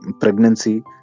pregnancy